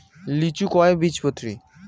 লিচু কয় বীজপত্রী?